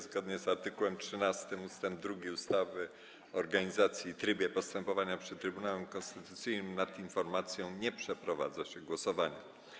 Zgodnie z art. 13 ust. 2 ustawy o organizacji i trybie postępowania przed Trybunałem Konstytucyjnym nad informacją nie przeprowadza się głosowania.